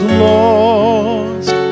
lost